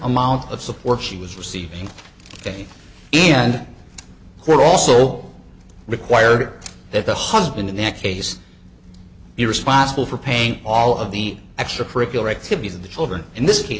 amount of support she was receiving day in and were also required that the husband in that case he responsible for paying all of the extra curricular activities of the children in this case